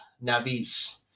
Navis